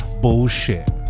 Bullshit